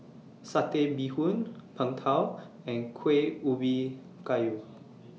Satay Bee Hoon Png Tao and Kuih Ubi Kayu